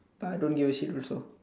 but I don't give a shit also